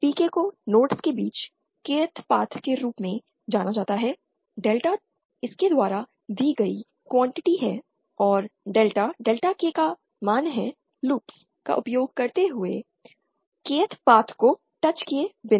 PK को nodes के बीच Kth पाथ के रूप में जाना जाता है डेल्टा इसके द्वारा दी गई क्वांटिटी है और डेल्टा डेल्टा K का मान है लूप्स का उपयोग करते हुए Kth पाथ को टच किए बिना